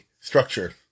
structure